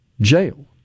jail